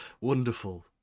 Wonderful